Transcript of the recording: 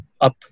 up